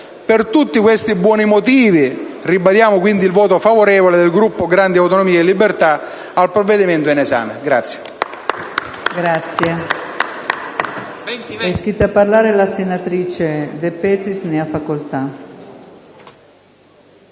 Per tutti questi buoni motivi, ribadiamo quindi il voto favorevole del Gruppo Grandi Autonomie e Libertà al provvedimento in esame.